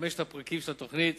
לחמשת הפרקים של התוכנית